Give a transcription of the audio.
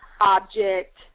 object